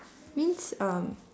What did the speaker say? means um